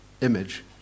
image